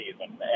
season